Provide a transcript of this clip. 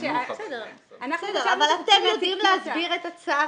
אתם יודעים להסביר את הצו?